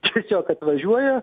tiesiog atvažiuoja